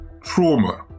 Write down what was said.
trauma